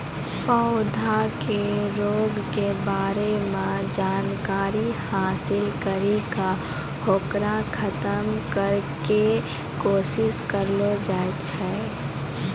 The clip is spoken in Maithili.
पौधा के रोग के बारे मॅ जानकारी हासिल करी क होकरा खत्म करै के कोशिश करलो जाय छै